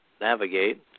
navigate